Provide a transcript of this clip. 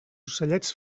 ocellets